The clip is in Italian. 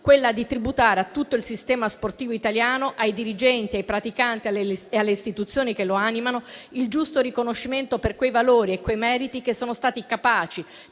chiara: tributare a tutto il sistema sportivo italiano, ai dirigenti, ai praticanti e alle istituzioni che lo animano, il giusto riconoscimento per i valori e i meriti che sono stati capaci